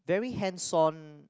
very hands on